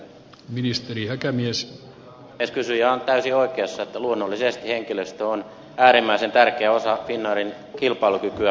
kysyjä on täysin oikeassa että luonnollisesti henkilöstö on äärimmäisen tärkeä osa finnairin kilpailukykyä